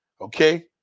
Okay